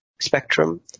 spectrum